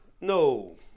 No